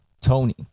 Tony